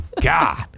God